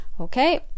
okay